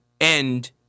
end